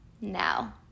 now